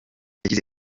yagize